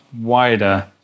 wider